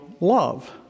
love